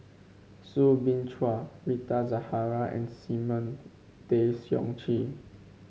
Soo Bin Chua Rita Zahara and Simon Tay Seong Chee